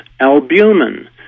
albumin